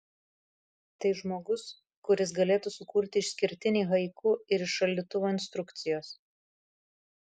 tai žmogus kuris galėtų sukurti išskirtinį haiku ir iš šaldytuvo instrukcijos